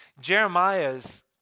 Jeremiah's